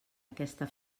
aquesta